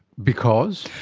because?